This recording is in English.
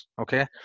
okay